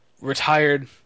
retired